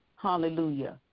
Hallelujah